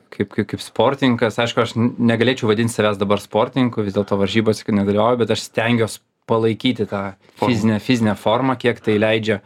kaip kaip kaip sportininkas aišku aš negalėčiau vadint savęs dabar sportininku vis dėlto varžybose kai nedalyvauju bet aš stengiuos palaikyti tą fizinę fizinę formą kiek tai leidžia